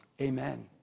amen